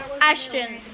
Ashton